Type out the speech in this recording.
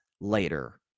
later